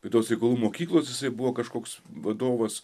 vidaus reikalų mokyklos jisai buvo kažkoks vadovas